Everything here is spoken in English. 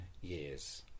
years